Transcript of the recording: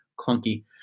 clunky